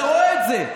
אתה רואה את זה,